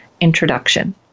introduction